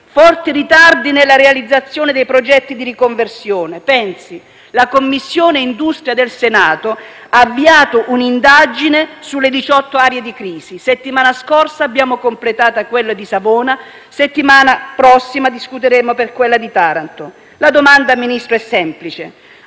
forti ritardi nella realizzazione dei progetti di riconversione. Pensi che la Commissione industria del Senato ha avviato un'indagine sulle 18 aree di crisi: la settimana scorsa abbiamo completato l'area di Savona e la settimana prossima discuteremo per quella di Taranto. La domanda, Ministro, è semplice: